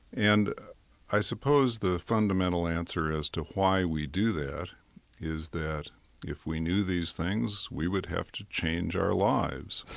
and i suppose the fundamental answer as to why we do that is that if we knew these things we would have to change our lives,